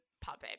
puppet